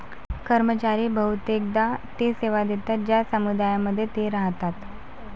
कर्मचारी बहुतेकदा ते सेवा देतात ज्या समुदायांमध्ये ते राहतात